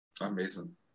Amazing